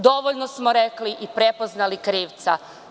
Dovoljno smo rekli i prepoznali krivca.